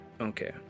Okay